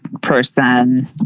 person